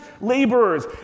laborers